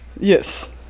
Yes